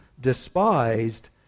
despised